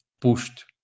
pushed